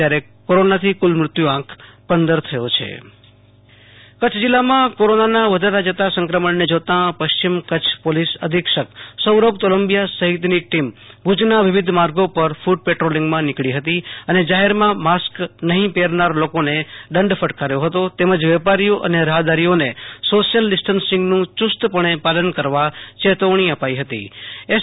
આશુ તોષ અંતાણી પશ્ચિમ કચ્છ પોલીસ વડા ક્રટ પેટ્રોલિંગ બાઈટ કચ્છ જિલ્લામાં કોરોનાના વધતા સંક્રમણને જોતા પશ્ચિમ કચ્છ પોલીસ અધિક્ષક સૌરભ તોલંબિયા સહિતની ટીમ ભુજના વિવિધ માર્ગો પર ક્રટ પેટ્રોલિંગમાં નીકળી હતી અને જાહેરમાં માસ્ક નહિ પહેરનાર લોકોને દંડ ફટકાર્યો હતો તેમજ વેપારીઓ અને રાહદારીઓને સોશિયલ ડિસ્ટન્સીંગનું યુસ્ત પણે પાલન કરવા ચેતવણી અપાઇ હતી એસ